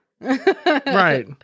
Right